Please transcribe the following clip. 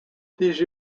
these